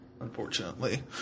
unfortunately